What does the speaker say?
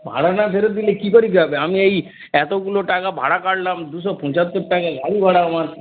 ভাড়া না ফেরত দিলে কী করে কী হবে আমি এই এতগুলো টাকা ভাড়া কাটলাম দুশো পঁচাত্তর টাকা গাড়ি ভাড়া আমার